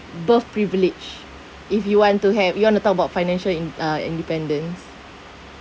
birth priviledge if you want to have you want to talk about financial in~ uh independence